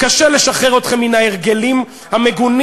קשה לשחרר אתכם מן ההרגלים המגונים,